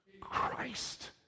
Christ